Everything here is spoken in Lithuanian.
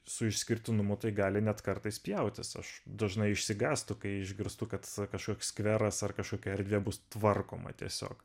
su išskirtinumu tai gali net kartais pjautis aš dažnai išsigąstu kai išgirstu kad kažkoks skveras ar kažkokia erdvė bus tvarkoma tiesiog